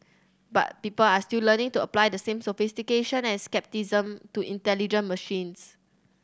but people are still learning to apply the same sophistication and scepticism to intelligent machines